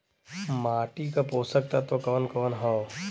माटी क पोषक तत्व कवन कवन ह?